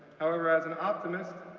however, as an optimist,